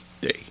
Day